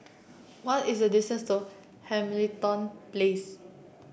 what is the distance to Hamilton Place